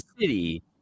City